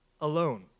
alone